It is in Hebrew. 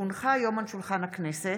כי הונחה היום על שולחן הכנסת,